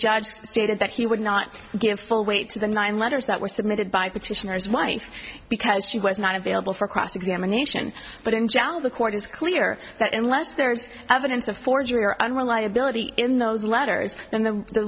judge stated that he would not give full weight to the nine letters that were submitted by petitioners wife because she was not available for cross examination but in general the court is clear that unless there's evidence of forgery or unreliability in those letters then the